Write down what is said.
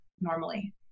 normally